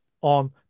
on